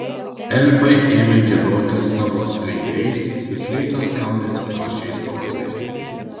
elfai ėmė giedoti savo skaidriais į fleitos skambesį panašiais balsais